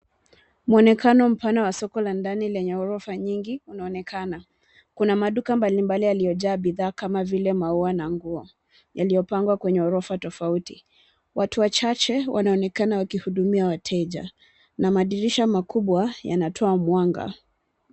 Mwonekano mpana wa soko la ndani lenye orofa nyingi linaonekana. Kuna maduka mbalimbali yaliyojaa bidhaa kama vile maua na nguo yaliyopangwa kwenye orofa tofauti. Watu wachache wanaonekana wakihudumia wateja na madirisha makubwa yanatoa mwanga.